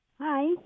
Hi